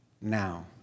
now